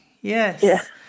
Yes